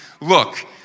Look